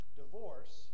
divorce